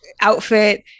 outfit